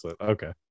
Okay